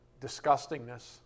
disgustingness